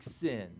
sin